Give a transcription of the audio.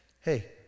hey